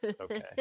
Okay